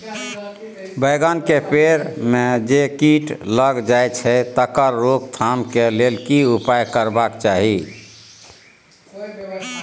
बैंगन के पेड़ म जे कीट लग जाय छै तकर रोक थाम के लेल की उपाय करबा के चाही?